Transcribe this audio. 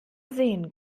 sehen